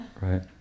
Right